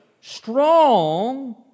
strong